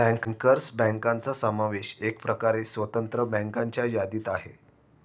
bankers बँकांचा समावेश एकप्रकारे स्वतंत्र बँकांच्या यादीत आहे